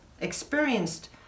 experienced